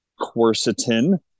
quercetin